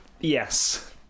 Yes